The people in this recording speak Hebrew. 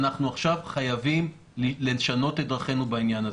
אנחנו עכשיו חייבים לשנות את דרכינו בעניין הזה.